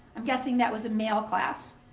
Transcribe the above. i'm guessing that was a male class.